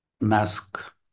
mask